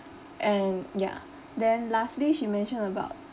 and ya then lastly she mentioned about